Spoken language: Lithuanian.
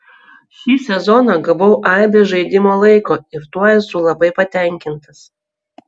šį sezoną gavau aibę žaidimo laiko ir tuo esu labai patenkintas